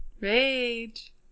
Rage